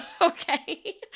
Okay